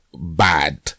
bad